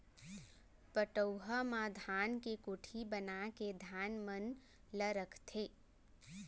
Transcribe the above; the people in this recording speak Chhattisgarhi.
पटउहां म धान के कोठी बनाके धान मन ल रखथें